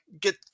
get